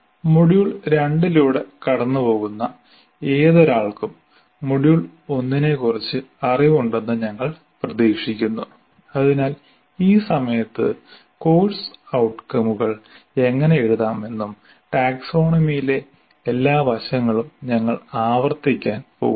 module 2 ലൂടെ കടന്നുപോകുന്ന ഏതൊരാൾക്കും മൊഡ്യൂൾ 1 നെക്കുറിച്ച് അറിവുണ്ടെന്ന് ഞങ്ങൾ പ്രതീക്ഷിക്കുന്നു അതിനാൽ ഈ സമയത്ത് കോഴ്സ് ഔട്കമുകൾ എങ്ങനെ എഴുതാം എന്നും ടാക്സോണമിയിലെ എല്ലാ വശങ്ങളും ഞങ്ങൾ ആവർത്തിക്കാൻ പോകുന്നില്ല